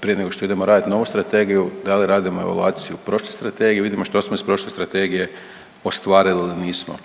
prije nego što idemo radit novu strategiju da li radimo evaluaciju prošle strategije i vidimo što smo iz prošle strategije ostvarili ili nismo.